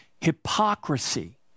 hypocrisy